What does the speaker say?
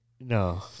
No